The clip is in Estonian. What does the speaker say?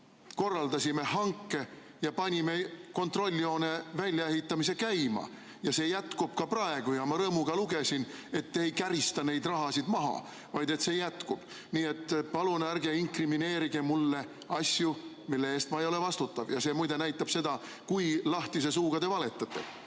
korraldasime hanke ja panime kontrolljoone väljaehitamise käima. See jätkub ka praegu. Ma rõõmuga lugesin, et ei käristata seda raha maha, vaid et see ehitamine jätkub. Nii et palun ärge inkrimineerige mulle asju, mille eest ma ei ole vastutav. See muide näitab seda, kui lahtise suuga te valetate. Aga